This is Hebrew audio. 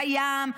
בים,